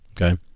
okay